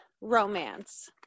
romance